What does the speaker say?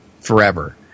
forever